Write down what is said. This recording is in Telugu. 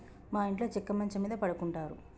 మా ఇంట్లో చెక్క మంచం మీద పడుకుంటారు